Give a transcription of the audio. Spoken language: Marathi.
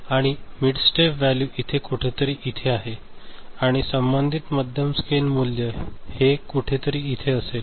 आणि मिड स्टेप व्हॅल्यू इथं कुठेतरी इथे आहे आणि संबंधित मध्यम स्केल मूल्य येथे कुठेतरी इथे असेल